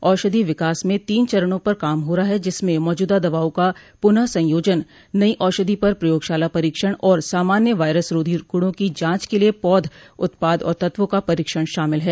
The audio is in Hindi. औषधि विकास में तीन चरणों पर काम हो रहा ह जिसमें मौजूदा दवाओं का पुनः संयोजन नई औषधि पर प्रयोगशाला परीक्षण और सामान्य वायरस रोधी गुणों की जांच के लिए पौध उत्पाद और तत्वों का परीक्षण शामिल है